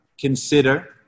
consider